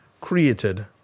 created